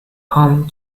hunt